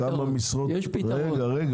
רגע, רגע.